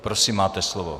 Prosím, máte slovo.